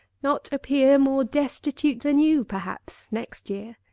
not appear more destitute than you, perhaps, next year!